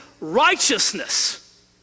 righteousness